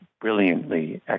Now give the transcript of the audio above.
brilliantly